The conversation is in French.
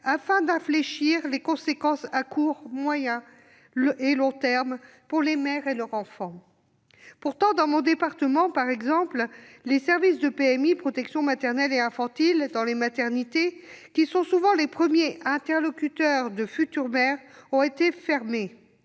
pour infléchir les conséquences à court, moyen et long terme pour les mères et leur enfant. Pourtant, les services de la protection maternelle et infantile (PMI) dans les maternités, qui sont souvent les premiers interlocuteurs des futures mères, ont été fermés-